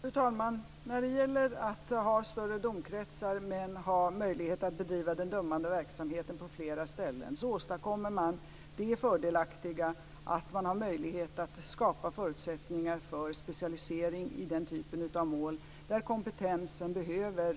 Fru talman! Genom att ha större domkretsar men ha möjlighet att bedriva den dömande verksamheten på flera ställen åstadkommer man det fördelaktiga att man har möjlighet att skapa förutsättningar för specialisering i den typen av mål där kompetensen i den dömande verksamheten behöver